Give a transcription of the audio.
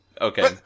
Okay